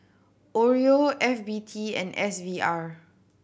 Oreo F B T and S V R